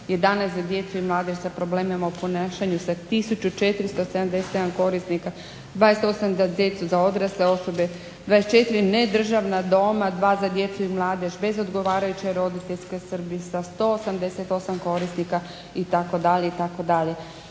11 za djecu i mladež sa problemima u ponašanju sa 1477 korisnika, 28 za djecu, za odrasle osobe, 24 nedržavna doma, 2 za djecu i mladež bez odgovarajuće roditeljske skrbi sa 188 korisnika itd., itd.